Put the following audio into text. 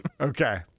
Okay